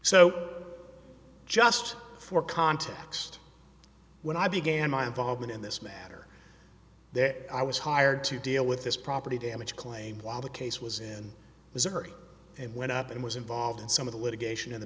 so just for context when i began my involvement in this matter that i was hired to deal with this property damage claim while the case was in missouri and went up and was involved in some of the litigation in